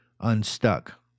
unstuck